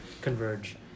converge